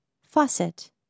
faucet